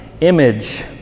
image